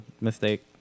mistake